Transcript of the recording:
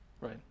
right